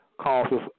causes